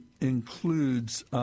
includes –